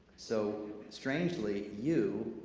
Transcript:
so, strangely, you,